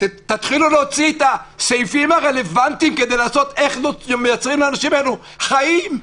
תתחילו להוציא את הסעיפים הרלוונטיים כדי לייצר לאנשים האלה חיים.